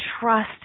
trust